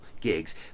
gigs